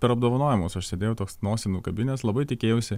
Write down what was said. per apdovanojimus aš sėdėjau toks nosį nukabinęs labai tikėjausi